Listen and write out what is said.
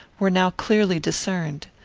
were now clearly discerned.